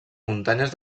muntanyes